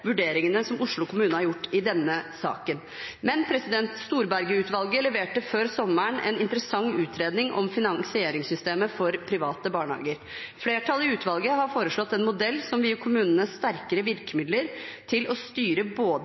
vurderingene som Oslo kommune har gjort i denne saken. Storberget-utvalget leverte før sommeren en interessant utredning om finansieringssystemet for private barnehager. Flertallet i utvalget har foreslått en modell som vil gi kommunene sterkere virkemidler til å styre både